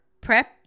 prep